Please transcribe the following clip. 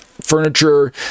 furniture